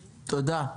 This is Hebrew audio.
תודה.